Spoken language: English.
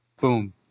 Boom